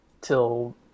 till